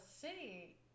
city